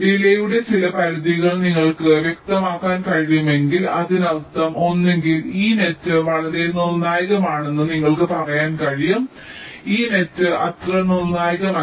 ഡിലെയുടെ ചില പരിധികൾ നിങ്ങൾക്ക് വ്യക്തമാക്കാൻ കഴിയുമെങ്കിൽ അതിനർത്ഥം ഒന്നുകിൽ ഈ നെറ്റ് വളരെ നിർണായകമാണെന്ന് നിങ്ങൾക്ക് പറയാൻ കഴിയും ഈ വല അത്ര നിർണായകമല്ല